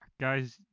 guys